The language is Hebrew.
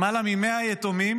למעלה מ-100 יתומים